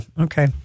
Okay